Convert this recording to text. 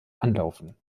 anlaufen